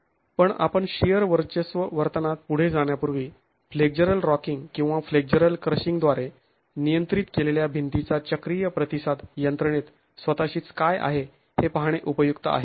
पण आपण शिअर वर्चस्व वर्तनात पुढे जाण्यापूर्वी फ्लेक्झरल रॉकिंग किंवा फ्लेक्झरल क्रशिंगद्वारे नियंत्रित केलेल्या भिंतीचा चक्रीय प्रतिसाद यंत्रणेत स्वतःशीच काय आहे हे पाहणे उपयुक्त आहे